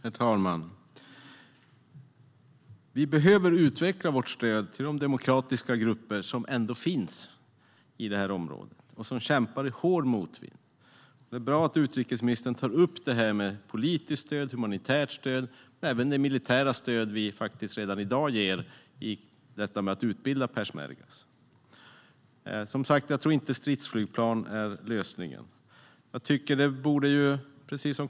Herr talman! Vi behöver utveckla vårt stöd till de demokratiska grupper som ändå finns i det här området och som kämpar i hård motvind. Det är bra att utrikesministern tar upp det politiska stödet, det humanitära stödet och även det militära stöd vi faktiskt redan i dag ger genom att utbilda peshmergor. Som sagt tror jag inte att stridsflygplan är lösningen.